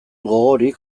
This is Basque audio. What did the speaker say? gogorik